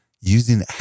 using